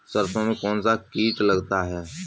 सरसों में कौनसा कीट लगता है?